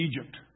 Egypt